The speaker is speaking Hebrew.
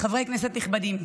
חברי כנסת נכבדים,